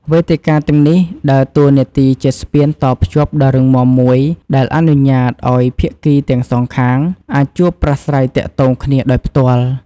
វេទិកាទាំងនេះដើរតួនាទីជាស្ពានតភ្ជាប់ដ៏រឹងមាំមួយ ដែលអនុញ្ញាតឲ្យភាគីទាំងសងខាងអាចជួបប្រាស្រ័យទាក់ទងគ្នាដោយផ្ទាល់។